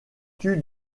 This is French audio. tuent